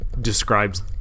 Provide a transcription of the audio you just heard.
describes